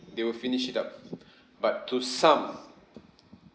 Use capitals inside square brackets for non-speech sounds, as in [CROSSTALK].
they will finish it up [BREATH] but to some